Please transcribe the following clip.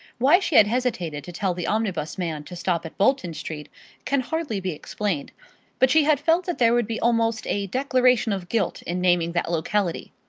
why she had hesitated to tell the omnibus-man to stop at bolton street can hardly be explained but she had felt that there would be almost a declaration of guilt in naming that locality.